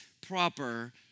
proper